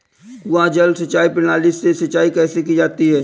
कुआँ जल सिंचाई प्रणाली से सिंचाई कैसे की जाती है?